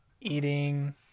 eating